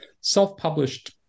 self-published